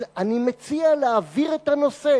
אז אני מציע להעביר את הנושא